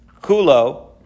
kulo